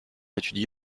étudie